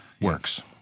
works